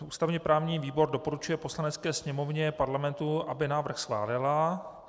Ústavněprávní výbor doporučuje Poslanecké sněmovně Parlamentu, aby návrh schválila.